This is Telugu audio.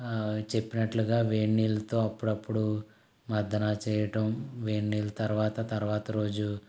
చెప్పినట్లుగా వేడి నీళ్లతో అప్పుడప్పుడు మర్దనా చేయటం వేడి నీళ్ళ తర్వాత తర్వాత రోజు